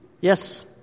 Yes